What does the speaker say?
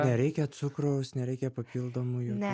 nereikia cukraus nereikia papildomų jokių